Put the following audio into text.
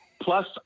Plus